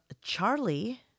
Charlie